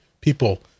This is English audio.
people